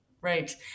Right